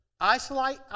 isolate